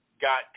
got